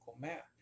map